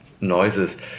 noises